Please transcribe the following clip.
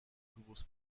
اتوبوس